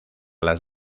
las